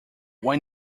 when